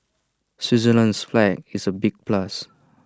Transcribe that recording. Switzerland's flag is A big plus